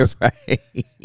right